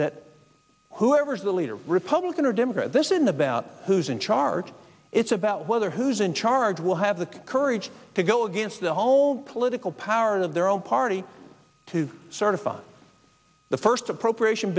that whoever's the leader republican or democrat this isn't about who's in charge it's about whether who's in charge will have the courage to go against the political power of their own party to certify the first appropriation